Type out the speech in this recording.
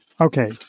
Okay